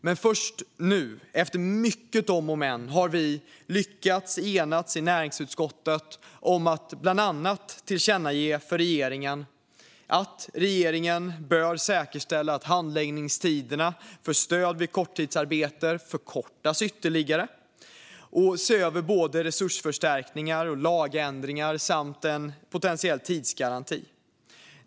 Men först nu, efter många om och men, har vi lyckats enas i näringsutskottet om bland annat ett förslag till tillkännagivande till regeringen: att regeringen bör säkerställa att handläggningstiderna för stöd vid korttidsarbete förkortas ytterligare och överväga resursförstärkningar, lagändringar och en tidsgaranti.